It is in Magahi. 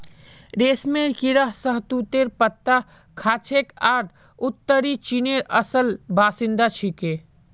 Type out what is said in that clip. रेशमेर कीड़ा शहतूतेर पत्ता खाछेक आर उत्तरी चीनेर असल बाशिंदा छिके